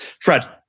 Fred